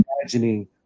imagining